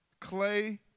clay